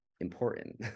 important